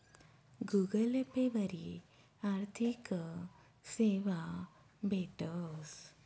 Google Pay वरी आर्थिक सेवा भेटस